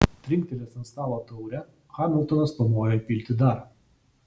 trinktelėjęs ant stalo taurę hamiltonas pamojo įpilti dar